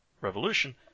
revolution